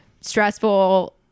stressful